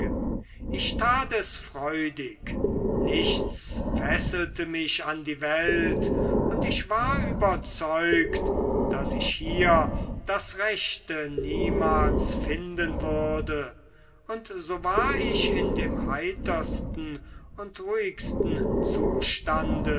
ich tat es freudig nichts fesselte mich an die welt und ich war überzeugt daß ich hier das rechte niemals finden würde und so war ich in dem heitersten und ruhigsten zustande